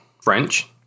French